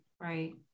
right